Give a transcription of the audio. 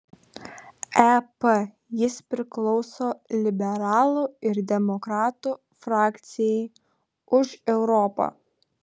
ep jis priklauso liberalų ir demokratų frakcijai už europą